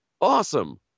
Awesome